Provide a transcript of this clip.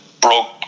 broke